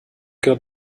got